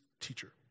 teacher